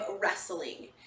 wrestling